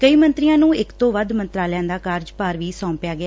ਕਈ ਮੰਤਰੀਆਂ ਨੂੰ ਇਕ ਤੋਂ ਵਧ ਮੰਤਰਾਲਿਆਂ ਦਾ ਕਾਰਜਭਾਰ ਵੀ ਸੌਂਪਿਆ ਗਿਆ